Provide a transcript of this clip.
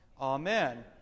Amen